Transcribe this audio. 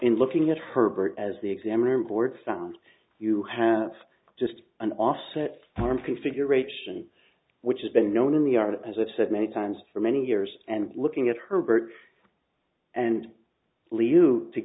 in looking at herbert as the examiner report found you have just an offset arm configuration which has been known in the art as i've said many times for many years and looking at herbert and leave you